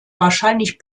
wahrscheinlich